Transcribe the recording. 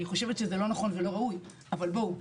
אני חושבת שזה לא נכון ולא ראוי אב בואו: